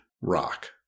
rock